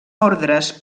ordres